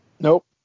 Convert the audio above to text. Nope